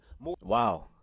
wow